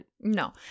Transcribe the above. no